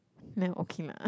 then okay lah